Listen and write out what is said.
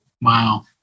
Wow